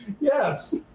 Yes